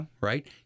right